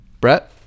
Brett